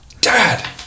Dad